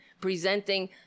presenting